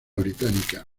británica